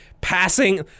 passing